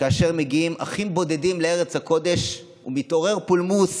כאשר מגיעים אחים בודדים לארץ הקודש ומתעורר פולמוס